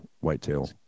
Whitetail